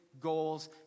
goals